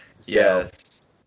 Yes